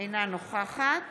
אינה נוכחת